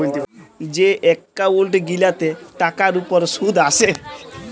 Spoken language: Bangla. যে এক্কাউল্ট গিলাতে টাকার উপর সুদ আসে